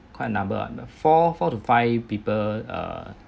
quite a number uh four four to five five people err